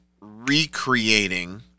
recreating